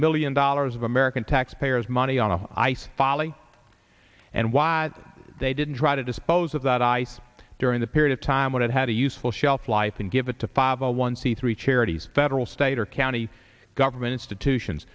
million dollars of american taxpayers money on an ice folly and why they didn't try to dispose of that ice during that period of time when it had a useful shelf life and give it to five hundred one c three charities federal state or county government institutions